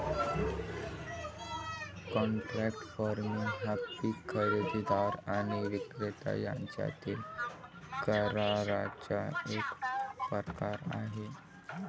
contract farming हा पीक खरेदीदार आणि विक्रेता यांच्यातील कराराचा एक प्रकार आहे